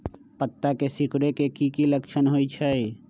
पत्ता के सिकुड़े के की लक्षण होइ छइ?